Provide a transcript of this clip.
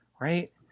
right